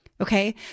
Okay